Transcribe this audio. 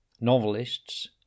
novelists